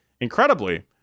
Incredibly